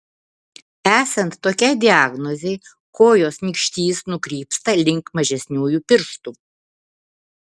esant tokiai diagnozei kojos nykštys nukrypsta link mažesniųjų pirštų